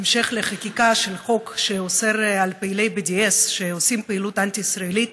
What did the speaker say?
בהמשך לחקיקה של חוק שאוסר על פעילי BDS שעושים פעילות אנטי-ישראלית